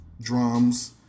drums